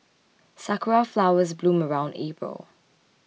sakura flowers bloom around April